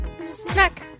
Snack